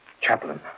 Chaplain